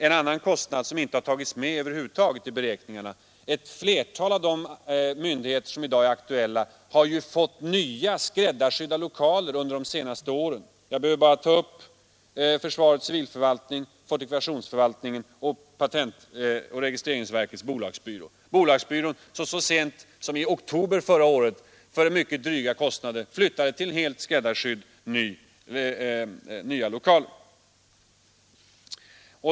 En annan kostnad som över huvud taget inte har tagits med i beräkningarna: flera av de myndigheter som i dag är aktuella har fått nya, skräddarsydda lokaler under de senaste åren. Jag behöver bara nämna försvarets civilförvaltning, fortifikationsförvaltningen och patentoch registreringsverkets bolagsbyrå. Bolagsbyrån flyttade så sent som i oktober förra året till helt skräddarsydda nya lokaler.